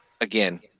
again